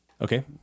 okay